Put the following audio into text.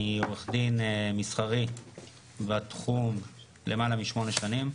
אני עורך דין מסחרי בתחום למעלה משמונה שנים,